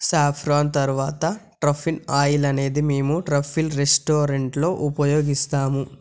saffron తర్వాత truffle oil అనేది మేము ట్రఫుల్ రెస్టారెంట్లో ఉపయోగిస్తాము